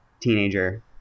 teenager